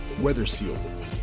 weather-sealed